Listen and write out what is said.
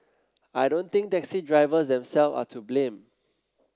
I don't think taxi drivers themselves are to blame